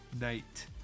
night